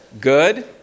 good